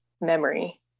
memory